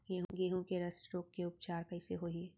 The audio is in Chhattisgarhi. गेहूँ के रस्ट रोग के उपचार कइसे होही?